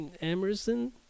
emerson